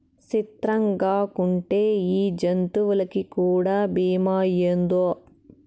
సిత్రంగాకుంటే ఈ జంతులకీ కూడా బీమా ఏందో